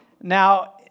Now